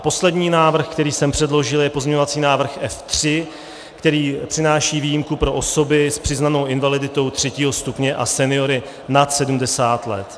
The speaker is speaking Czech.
Poslední návrh, který jsem předložil, je pozměňovací návrh F3, který přináší výjimku pro osoby s přiznanou invaliditou třetího stupně a seniory nad 70 let.